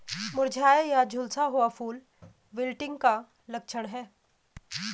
मुरझाया या झुलसा हुआ फूल विल्टिंग का लक्षण है